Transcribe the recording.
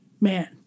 man